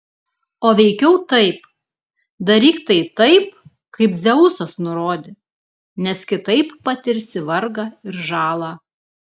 o veikiau taip daryk tai taip kaip dzeusas nurodė nes kitaip patirsi vargą ir žalą